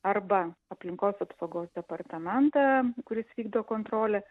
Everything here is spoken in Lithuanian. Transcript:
arba aplinkos apsaugos departamentą kuris vykdo kontrolę